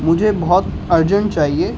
مجھے بہت ارجنٹ چاہیے